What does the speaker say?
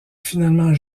finalement